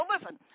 listen